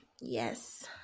Yes